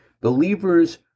believers